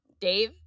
Dave